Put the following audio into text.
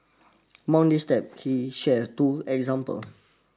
amongst these steps he shared two examples